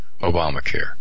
Obamacare